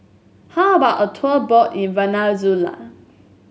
how about a tour boat in Venezuela